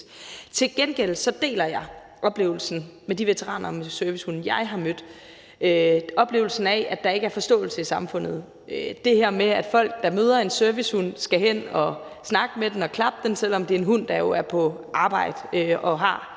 Til gengæld deler jeg oplevelsen i forhold til de veteraner med servicehunde, jeg har mødt, altså oplevelsen af, at der ikke er forståelse i samfundet. Det handler om det her med, at folk, der møder en servicehund, skal hen og snakke med den og klappe den, selv om det er en hund, der jo er på arbejde og skal